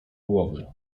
głowy